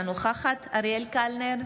אינה נוכחת אריאל קלנר,